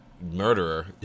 murderer